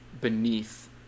beneath